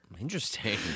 Interesting